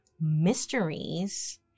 mysteries